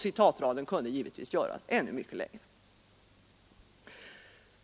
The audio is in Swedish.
— Citatraden kunde givetvis göras ännu mycket längre.